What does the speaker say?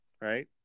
right